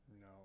No